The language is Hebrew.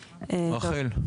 רחל.